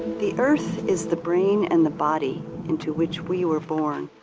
the earth is the brain and the body into which we were born.